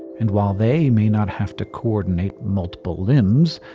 and while they may not have to coordinate multiple limbs,